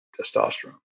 testosterone